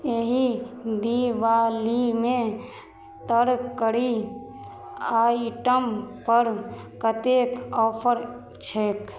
एहि दिवालीमे तरकारी आइटमपर कतेक ऑफर छैक